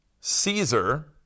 Caesar